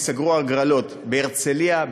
ייסגרו ההגרלות בהרצליה,